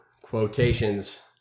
quotations